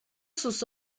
sus